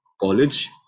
college